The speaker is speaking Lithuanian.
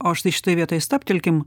o štai šitoj vietoj stabtelkim